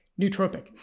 nootropic